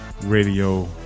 Radio